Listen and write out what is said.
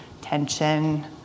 tension